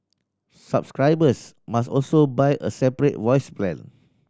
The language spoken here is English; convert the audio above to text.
subscribers must also buy a separate voice plan